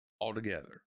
altogether